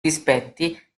rispetti